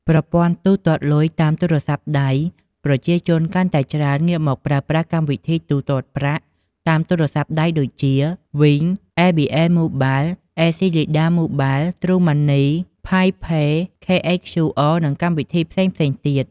ប្រព័ន្ធទូទាត់លុយតាមទូរស័ព្ទដៃ ប្រជាជនកាន់តែច្រើនងាកមកប្រើប្រាស់កម្មវិធីទូទាត់ប្រាក់តាមទូរស័ព្ទដៃដូចជា វីង (Wing), អេប៊ីអេ ម៉ូបាល (ABA Mobile), អេស៊ីលីដា ម៉ូបាល (Acleda Mobile), ទ្រូ ម៉ាន់នី (TrueMoney), ផាយ ផេរ (Pi Pay), ខេ អេច ខ្យូ អរ (KHQR) និងកម្មវិធីផ្សេងៗទៀត។